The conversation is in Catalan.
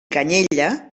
canyella